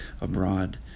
abroad